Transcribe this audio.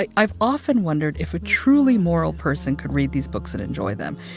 like i've often wondered if a truly moral person could read these books and enjoy them.